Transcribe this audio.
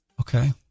Okay